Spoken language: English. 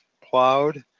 plowed